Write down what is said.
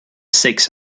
six